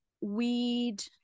weed